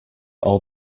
all